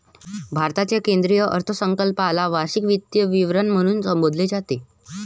भारताच्या केंद्रीय अर्थसंकल्पाला वार्षिक वित्तीय विवरण म्हणून संबोधले जाते